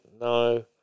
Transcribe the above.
no